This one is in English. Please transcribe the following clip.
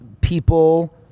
people